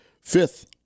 fifth